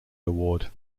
award